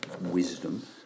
wisdom